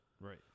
Right